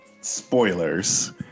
spoilers